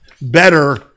better